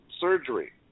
surgery